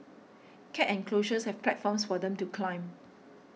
cat enclosures have platforms for them to climb